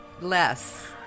Less